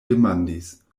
demandis